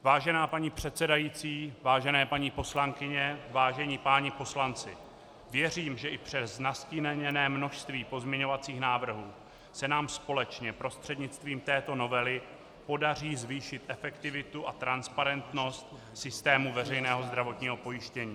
Vážená paní předsedající, vážené paní poslankyně, vážení páni poslanci, věřím, že i přes nastíněné množství pozměňovacích návrhů se nám společně prostřednictvím této novely podaří zvýšit efektivitu a transparentnost systému veřejného zdravotního pojištění.